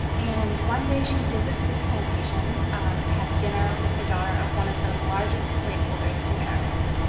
and one day, she visits this plantation um to have dinner with the daughter of one of the largest slaveholders in maryland.